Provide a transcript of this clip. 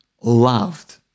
loved